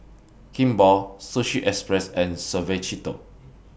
Kimball Sushi Express and Suavecito